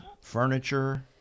furniture